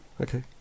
Okay